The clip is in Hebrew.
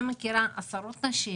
אני מכירה עשרות נשים,